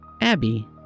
Abby